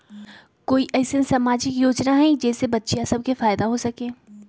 कोई अईसन सामाजिक योजना हई जे से बच्चियां सब के फायदा हो सके?